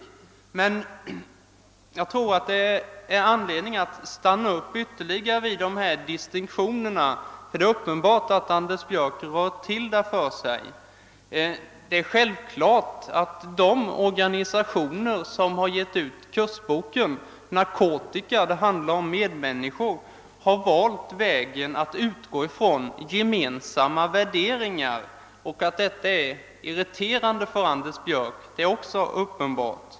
Jag tror dock att det finns anledning att stanna upp ytterligare när det gäller distinktionerna. Det är nämligen uppenbart att herr Björck har rört till det för sig. Det är självklart att de organisationer som givit ut kursboken »Narkotika — det handlar om medmänniskor» har valt vägen att utgå från ge mensamma värderingar. Att detta är irriterande för herr Björck är också uppenbart.